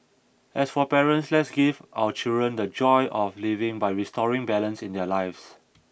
as for parents let's give our children the joy of living by restoring balance in their lives